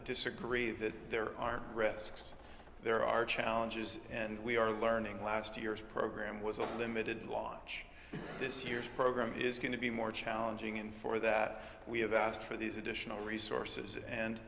disagree that there are risks there are challenges and we are learning last year's program was a limited launch this year's program is going to be more challenging and for that we have asked for these additional resources and